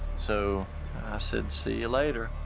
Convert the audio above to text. so i said, see you later,